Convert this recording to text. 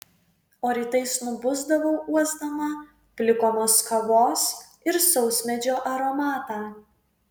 o rytais nubusdavau uosdama plikomos kavos ir sausmedžio aromatą